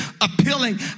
appealing